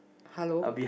hello